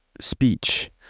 speech